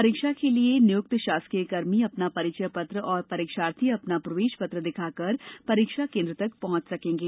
परीक्षा के लिए नियुक्त शासकीय कर्मी अपना परिचय पत्र और परीक्षार्थी अपना प्रवेश पत्र दिखाकर परीक्षा केंद्रों तक पहुँच सकेंगे